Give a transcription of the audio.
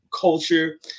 culture